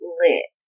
lit